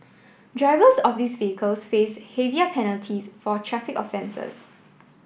drivers of these vehicles face heavier penalties for traffic offences